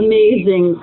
Amazing